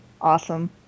awesome